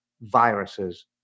viruses